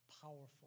Powerful